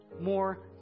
more